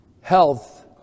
health